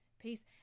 peace